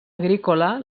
agrícola